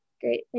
Great